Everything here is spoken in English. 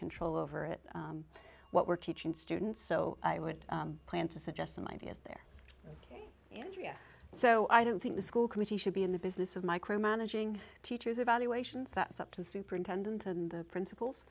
control over it what we're teaching students so i would plan to suggest some ideas there andrea so i don't think the school committee should be in the business of micromanaging teachers evaluations that's up to the superintendent and the principals